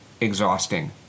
exhausting